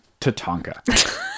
Tatanka